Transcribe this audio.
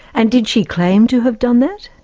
and did she claim to have done that?